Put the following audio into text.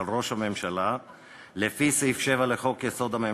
ראש הממשלה לפי סעיף 7 לחוק-יסוד: הממשלה,